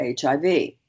HIV